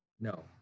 No